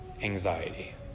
anxiety